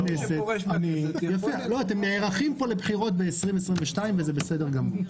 אתם נערכים פה לבחירות ב-2022 וזה בסדר גמור.